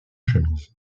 chemise